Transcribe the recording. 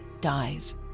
dies